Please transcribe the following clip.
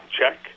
check